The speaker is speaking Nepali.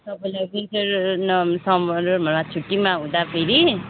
तपाईँलाई विन्टर नभए समरमा छुट्टीमा हुँदाखेरि